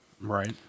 Right